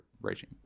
regime